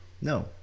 No